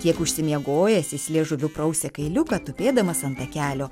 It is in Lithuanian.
kiek užsimiegojęs jis liežuviu prausia kailiuką tupėdamas ant takelio